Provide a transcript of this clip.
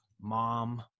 mom